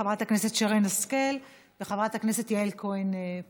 חברת הכנסת שרן השכל וחברת הכנסת יעל כהן-פארן.